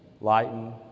lighten